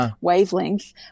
Wavelength